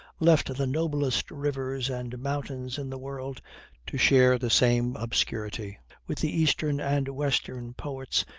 left the noblest rivers and mountains in the world to share the same obscurity with the eastern and western poets,